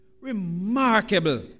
Remarkable